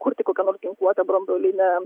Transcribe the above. kurti kokią nors ginkluotę branduolinę